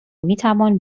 میتوان